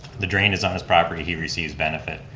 the drain is on his property, he receives benefit.